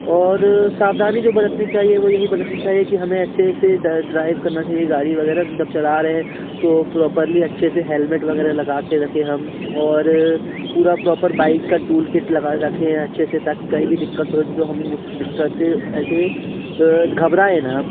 और सावधानी जो बरतनी चाहिए वो यही बरतनी चाहिए कि हमें अच्छे से ड्राइव करना चाहिए गाड़ी वगैरह मतलब चला रहे हैं तो प्रॉपर्ली अच्छे से हैलमेट वगैरह लगा के रखें हम और पूरा प्रॉपर बाइक का टूलकिट लगा रखे हैं अच्छे से ताकि कहीं भी दिक़्क़त होती तो हम उस दिक़्क़त से ऐसे घबराए ना